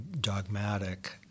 dogmatic